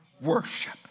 Worship